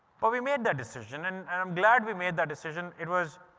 but we made the decision and and i'm glad we made the decision. it was,